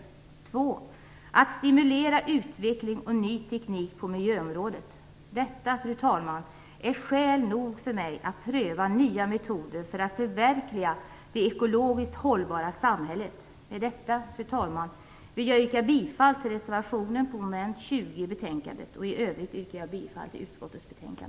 Den andra är att stimulera utveckling och ny teknik på miljöområdet. Detta, fru talman, är skäl nog för mig att pröva nya metoder för att förverkliga det ekologiskt hållbara samhället. Fru talman! Med detta vill jag yrka bifall till reservationen, mom. 20, i betänkandet. I övrigt yrkar jag bifall till utskottets hemställan.